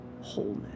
wholeness